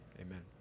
amen